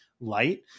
light